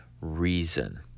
reason